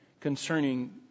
concerning